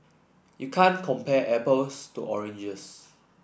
you can't compare apples to oranges